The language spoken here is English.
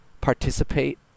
participate